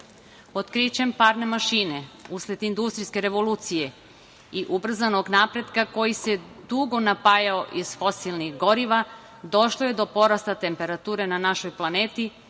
planeti. Otkrićem parne mašine, usled industrijske revolucije i ubrzanog napretka koji se dugo napajao iz fosilnih goriva, došlo je do porasta temperature na našoj planeti,